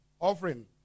offering